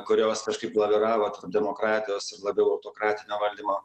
kurios kažkaip laviravo tarp demokratijos ir labiau autokratinio valdymo